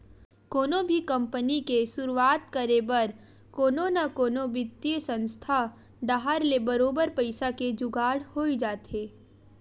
कोनो भी कंपनी के सुरुवात करे बर कोनो न कोनो बित्तीय संस्था डाहर ले बरोबर पइसा के जुगाड़ होई जाथे